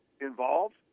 involved